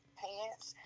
pants